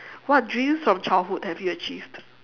what dreams from childhood have you achieved